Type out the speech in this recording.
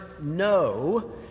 no